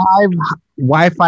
Wi-Fi